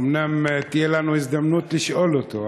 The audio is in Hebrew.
אומנם תהיה לנו הזדמנות לשאול אותו,